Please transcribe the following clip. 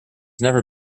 never